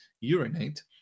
urinate